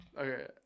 Okay